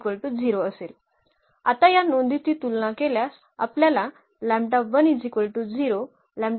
आता या नोंदींची तुलना केल्यास आपल्याला मिळेल